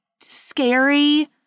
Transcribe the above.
scary